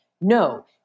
No